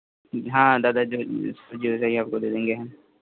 हाँ जो चाहिए आपको दे देंगे हम